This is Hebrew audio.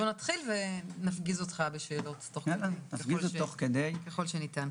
בוא נתחיל, ונפגיז אותך בשאלות תוך כדי הדיון.